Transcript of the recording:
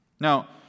Now